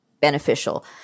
beneficial